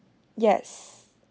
yes